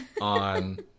on